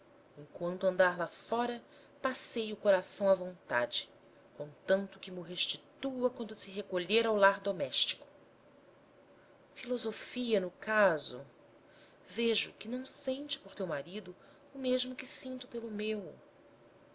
enquanto andar lá fora passeie o coração à vontade contanto que mo restitua quando se recolher ao lar doméstico filosofia no caso vejo que não sente por teu marido o mesmo que sinto pelo meu